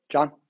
John